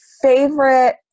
favorite